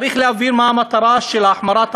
צריך להבין מה המטרה של החמרת הענישה: